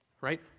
right